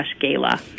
gala